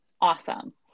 awesome